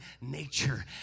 nature